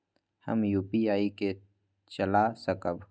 हम यू.पी.आई के चला सकब?